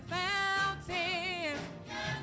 fountain